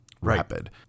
rapid